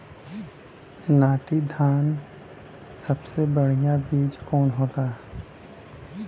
नाटी धान क सबसे बढ़िया बीज कवन होला?